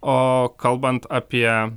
o kalbant apie